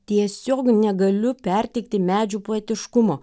tiesiog negaliu perteikti medžių poetiškumo